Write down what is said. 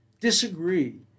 disagree